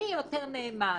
מי יותר נאמן.